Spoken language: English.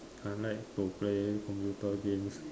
I like to play computer games